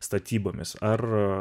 statybomis ar